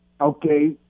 okay